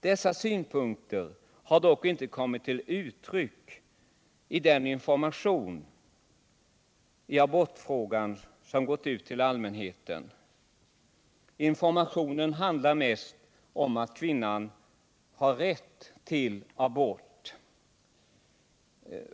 Dessa synpunkter har dock inte kommit till uttryck i den information i abortfrågan som gått ut till allmänheten. Informationen handlar mest om att kvinnan har rätt till abort.